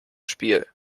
spiel